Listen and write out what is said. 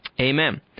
Amen